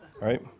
Right